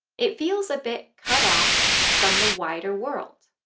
it feels a bit cut off from the wider world.